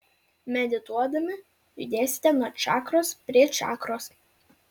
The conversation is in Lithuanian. medituodami judėsite nuo čakros prie čakros